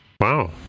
Wow